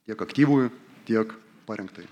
tiek aktyvųjį tiek parengtąjį